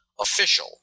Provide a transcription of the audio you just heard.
official